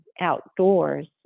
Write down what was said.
outdoors